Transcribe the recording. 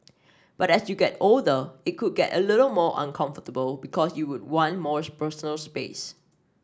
but as you get older it could get a little more uncomfortable because you would want more personal space